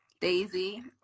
Daisy